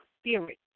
spirit